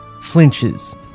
flinches